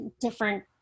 different